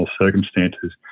circumstances